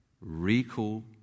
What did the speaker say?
Recall